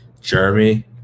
Jeremy